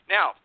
Now